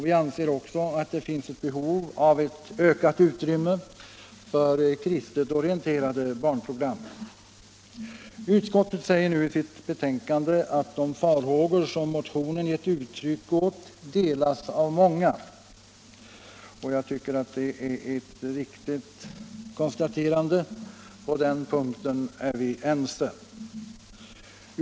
Vi anser också att det finns behov av ett ökat utrymme för kristet orienterande barnprogram. Utskottet säger nu i sitt betänkande att de farhågor som motionen gett uttryck åt delas av många. Jag tycker det är ett riktigt konstaterande. På den punkten är vi ense.